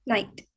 Night